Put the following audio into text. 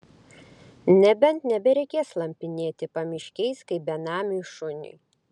nebent nebereikės slampinėti pamiškiais kaip benamiui šuniui